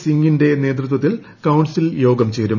സിംഗിന്റെ നേതൃത്വത്തിൽ കൌൺസിൽ യോഗം ചേരും